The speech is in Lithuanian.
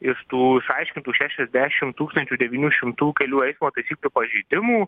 iš tų išaiškintų šešiasdešim tūkstančių devynių šimtų kelių eismo taisyklių pažeidimų